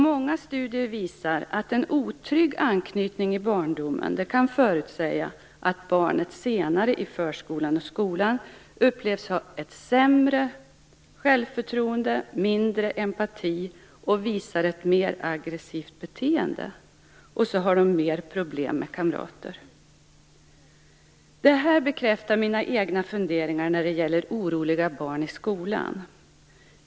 Många studier visar att man av en otrygg anknytning i barndomen kan förutsäga att barnet senare i förskolan och skolan upplevs ha ett sämre självförtroende, mindre empati och visar ett mer aggressivt beteende. Det har också mer problem med kamrater. Detta bekräftar mina egna funderingar när det gäller oroliga barn i skolan.